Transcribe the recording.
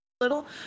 little